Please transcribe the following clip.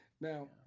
Now